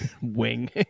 wing